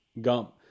Gump